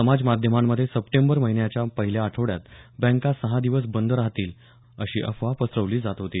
समाज माध्यमांमध्ये सप्टेंबर महिन्याच्या पहिल्या आठवड्यात बँका सहा दिवस बंद रहातील अशी अफवा पसरली होती